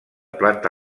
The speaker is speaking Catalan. planta